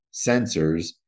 sensors